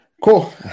Cool